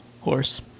horse